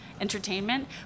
entertainment